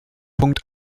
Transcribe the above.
punkt